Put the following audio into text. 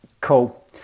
Cool